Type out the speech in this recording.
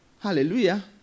hallelujah